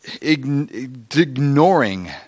ignoring